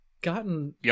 gotten